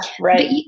right